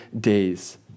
days